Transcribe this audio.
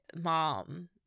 mom